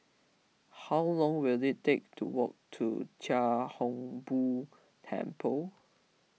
how long will it take to walk to Chia Hung Boo Temple